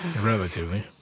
Relatively